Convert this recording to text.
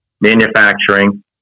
manufacturing